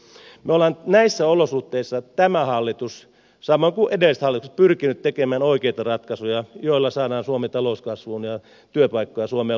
me olemme näissä olosuhteissa tämä hallitus samoin kuin edelliset hallitukset pyrkineet tekemään oikeita ratkaisuja joilla saadaan suomi talouskasvuun ja työpaikkoja suomeen luotua lisää